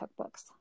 cookbooks